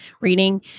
reading